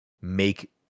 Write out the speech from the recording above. make